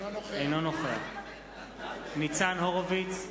אינו נוכח ניצן הורוביץ,